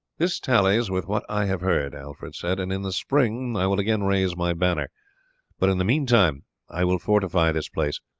this tallies with what i have heard, alfred said, and in the spring i will again raise my banner but in the meantime i will fortify this place.